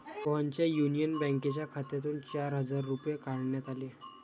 सोहनच्या युनियन बँकेच्या खात्यातून चार हजार रुपये काढण्यात आले